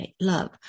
love